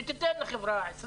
שתיתן לחברה 20,